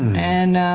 and